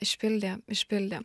išpildė išpildė